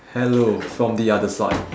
hello from the other side